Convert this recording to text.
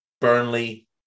Burnley